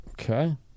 Okay